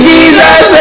Jesus